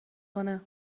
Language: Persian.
کنه